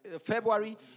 February